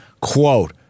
Quote